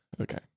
Okay